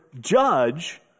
judge